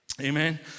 Amen